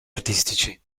artistici